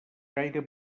gaire